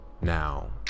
Now